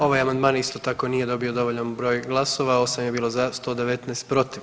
Ovaj amandman isto tako nije dobio dovoljan broj glasova, 8 je bilo za, 119 protiv.